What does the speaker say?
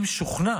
אם שוכנע